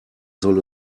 soll